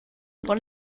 por